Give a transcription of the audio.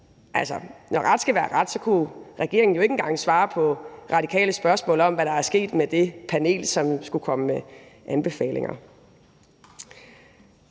når ret skal være ret, kunne regeringen jo ikke engang svare på Radikales spørgsmål om, hvad der er sket med det panel, som skulle komme med anbefalinger.